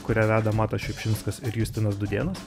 kurią veda matas šiupšinskas ir justinas dūdėnas